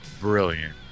brilliant